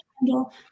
handle